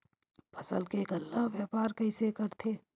फसल के गल्ला व्यापार कइसे करथे?